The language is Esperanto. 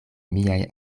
miaj